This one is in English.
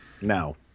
Now